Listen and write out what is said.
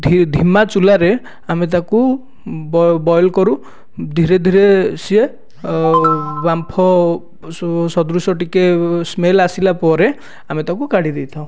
ଧି ଧିମା ଚୁଲାରେ ଆମେ ତାକୁ ବ ବଏଲ୍ କରୁ ଧୀରେ ଧୀରେ ସିଏ ବାମ୍ଫ ସ ସଦୃଶ ଟିକେ ସ୍ମେଲ୍ ଆସିଲା ପରେ ଆମେ ତାକୁ କାଢ଼ି ଦେଇଥାଉ